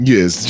Yes